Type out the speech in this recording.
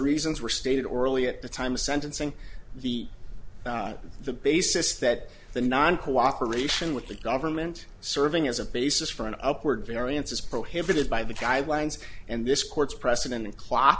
reasons were stated orally at the time of sentencing the the basis that the noncooperation with the government serving as a basis for an upward variance is prohibited by the guidelines and this court's precedent in cl